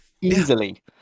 easily